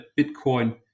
Bitcoin